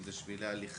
אם זה שבילי הליכה,